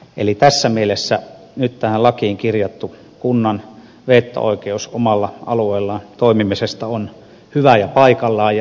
eli tässä mielessä nyt tähän lakiin kirjattu kunnan veto oikeus omalla alueellaan toimimiseen on hyvä ja paikallaan